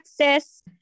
Texas